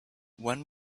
when